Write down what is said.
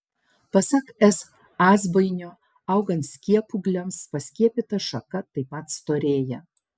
pasak s azbainio augant skiepūgliams perskiepyta šaka taip pat storėja